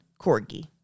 corgi